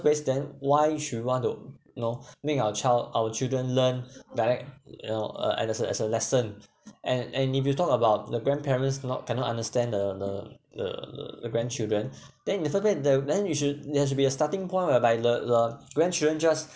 place then why should you want to know make our child our children learn dialect you know uh as a as a lesson and and if you talk about the grandparents not cannot understand the the the the grandchildren then before that the then you should there should be a starting point whereby the the grandchildren just